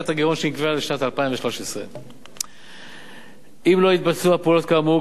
הגירעון שנקבעה לשנת 2013. אם לא יתבצעו הפעולות כאמור,